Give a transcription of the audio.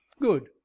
good